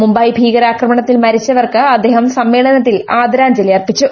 മുംബൈ ഭീകരാക്രമണത്തിൽ മരിച്ചവർക്ക് അദ്ദേഹം സമ്മേളനത്തിൽ ആദരാഞ്ജലി അർപ്പിച്ചു